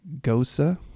Gosa